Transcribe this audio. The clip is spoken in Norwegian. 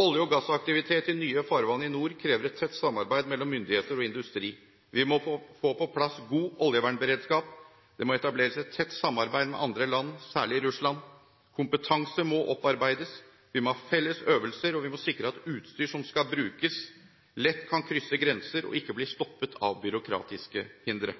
Olje- og gassaktivitet i nye farvann i nord krever et tett samarbeid mellom myndigheter og industri. Vi må få på plass god oljevernberedskap, det må etableres et tett samarbeid med andre land – særlig Russland. Kompetanse må opparbeides, vi må ha felles øvelser, og vi må sikre at utstyr som skal brukes, lett kan krysse grenser og ikke bli stoppet av byråkratiske hindre.